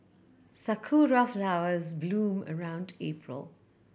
sakura flowers bloom around April